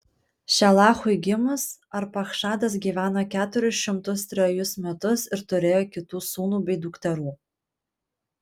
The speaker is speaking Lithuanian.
šelachui gimus arpachšadas gyveno keturis šimtus trejus metus ir turėjo kitų sūnų bei dukterų